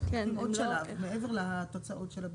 עוד מעבר לתוצאות של הבדיקה.